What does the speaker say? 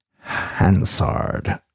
Hansard